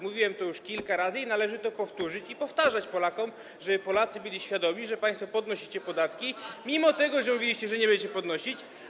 Mówiłem to już kilka razy i należy to powtórzyć, i należy to powtarzać Polakom, żeby Polacy byli świadomi, że państwo podnosicie podatki, mimo że mówiliście, że nie będziecie ich podnosić.